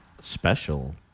Special